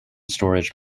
storage